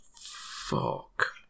fuck